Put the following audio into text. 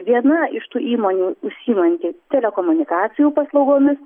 viena iš tų įmonių užsiimanti telekomunikacijų paslaugomis